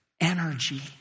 energy